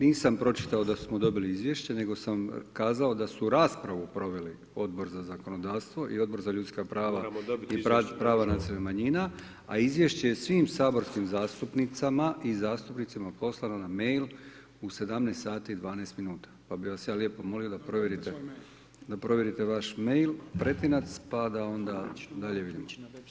Nisam pročitao da smo dobili izvješće, nego sam kazao da su raspravu proveli Odbor za zakonodavstvo i Odbor za ljudska prava i prava nacionalnih manjina, a izvješće je svim saborskim zastupnicama i zastupnicima poslano na mail u 17 sati i 12 minuta pa bih ja vas lijepo molio da provjerite vaš mail pretinac pa da onda dalje vidimo.